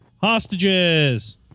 Hostages